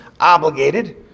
obligated